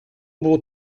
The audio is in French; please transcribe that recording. bon